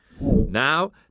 Now